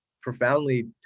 profoundly